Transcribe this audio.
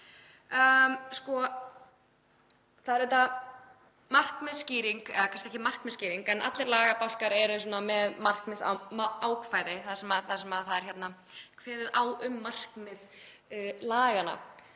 auðvitað markmiðsskýring, eða kannski ekki markmiðsskýring en allir lagabálkar eru með markmiðsákvæði þar sem er kveðið á um markmið laganna.